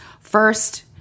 first